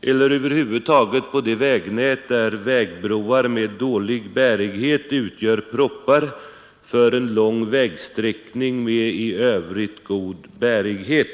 eller över huvud taget på det vägnät där vägbroar med dålig bärighet utgör proppar för en lång vägsträckning med i övrigt god bärighet.